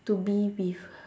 to be with